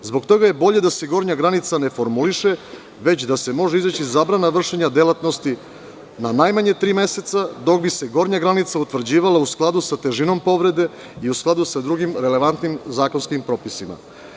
Zbog toga je bolje da se gornja granica ne formuliše, već da se može izreći zabrana vršenja delatnosti na najmanje tri meseca, dok bi se gornja granica utvrđivala u skladu sa težinom povrede i u skladu sa drugim relevantnim zakonskim propisima.